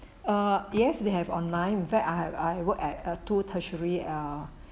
ah yes they have online in fact I have I have work at uh two tertiary ah